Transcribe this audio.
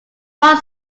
one